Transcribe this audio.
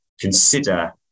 consider